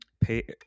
pay